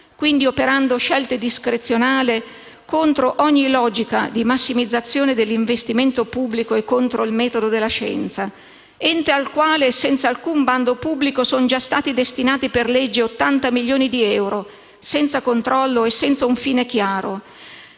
quindi operando scelte discrezionali contro ogni logica di massimizzazione dell'investimento pubblico e contro il metodo della scienza. Si tratta di un ente al quale, senza alcun bando pubblico, sono già stati destinati per legge 80 milioni di euro senza controllo e senza un fine chiaro.